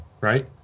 right